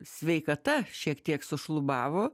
sveikata šiek tiek sušlubavo